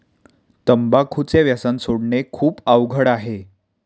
तंबाखूचे व्यसन सोडणे खूप अवघड आहे